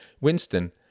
Winston